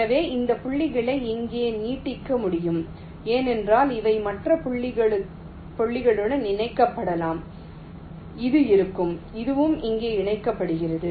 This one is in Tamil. எனவே இந்த புள்ளிகளை இங்கே நீட்டிக்க முடியும் ஏனென்றால் அவை மற்ற புள்ளிகளுடன் இணைக்கப்படலாம் இது இருக்கும் இதுவும் இங்கே இணைக்கப்படுகிறது